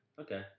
Okay